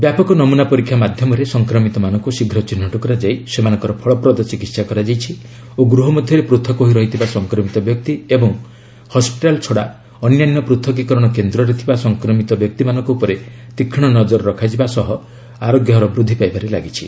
ବ୍ୟାପକ ନମୁନା ପରୀକ୍ଷା ମାଧ୍ୟମରେ ସଂକ୍ରମିତମାନଙ୍କୁ ଶୀଘ୍ର ଚିହ୍ନଟ କରାଯାଇ ସେମାନଙ୍କର ଫଳପ୍ରଦ ଚିକିତ୍ସା କରାଯାଉଛି ଓ ଗୃହ ମଧ୍ୟରେ ପୂଥକ ହୋଇ ରହିଥିବା ସଂକ୍ରମିତ ବ୍ୟକ୍ତି ଏବଂ ହସ୍ୱିଟାଲ ଛଡ଼ା ଅନ୍ୟାନ୍ୟ ପୂଥକୀକରଣ କେନ୍ଦ୍ରରେ ଥିବା ସଂକ୍ରମିତ ବ୍ୟକ୍ତିମାନଙ୍କ ଉପରେ ତୀକ୍ଷ୍ଣ ନଜର ରଖାଯିବା ସହ ଆରୋଗ୍ୟ ହାର ବୃଦ୍ଧି ପାଇବାରେ ଲାଗିଛି